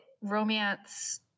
romance